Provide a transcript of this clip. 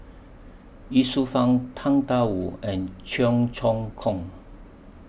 Ye Shufang Tang DA Wu and Cheong Choong Kong